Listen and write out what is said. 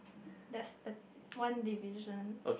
there's the one division